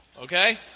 okay